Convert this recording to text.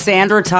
Sandra